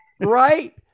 right